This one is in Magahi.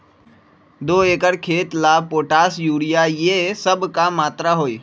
दो एकर खेत के ला पोटाश, यूरिया ये सब का मात्रा होई?